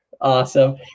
Awesome